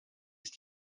ist